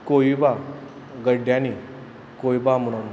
कोयबा गड्ड्यानी कोयबा म्हणोन